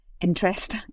interest